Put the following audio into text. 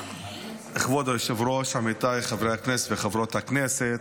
כבוד היושב-ראש, עמיתיי חברי הכנסת וחברות הכנסת,